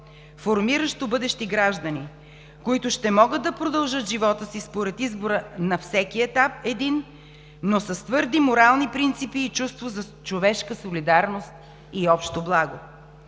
формиращо бъдещи граждани, които ще могат да продължат живота си, според избора на всеки един етап, но с твърди морални принципи и чувство за човешка солидарност и общо благо.